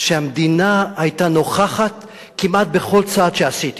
המדינה היתה נוכחת כמעט בכל צעד שעשיתי.